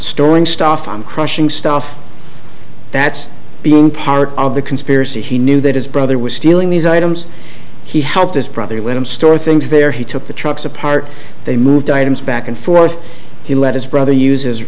storing stuff on crushing stuff that's been part of the conspiracy he knew that his brother was stealing these items he helped his brother with him store things there he took the trucks apart they moved items back and forth he let his brother use